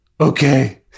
okay